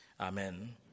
amen